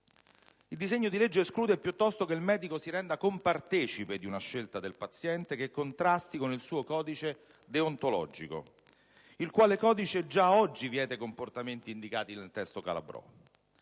Il disegno di legge esclude, piuttosto, che il medico si renda compartecipe di una scelta del paziente che contrasti con il suo codice deontologico, il quale codice già oggi vieta i comportamenti indicati nel testo Calabrò.